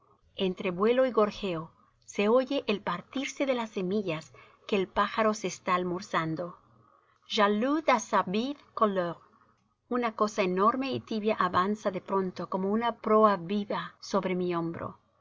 entre vuelo y gorjeo se oye el partirse de las semillas que el pájaro se está almorzando jaloux de sa vive couleur una cosa enorme y tibia avanza de pronto como una proa viva sobre mi hombro